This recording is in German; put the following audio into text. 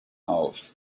auf